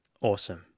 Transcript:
Awesome